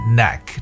neck